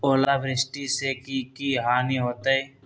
ओलावृष्टि से की की हानि होतै?